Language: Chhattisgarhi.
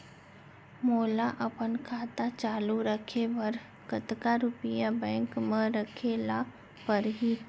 मोला अपन खाता चालू रखे बर कतका रुपिया बैंक म रखे ला परही?